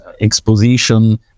exposition